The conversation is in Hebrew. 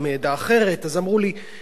אצל חרדים הנישואים האלה,